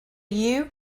you